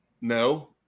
No